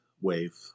wave